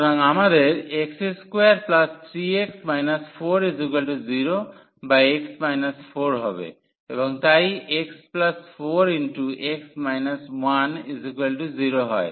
সুতরাং আমাদের x23x 40 বা x 4 হবে এবং তাই x 4 0 হয়